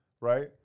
right